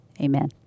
Amen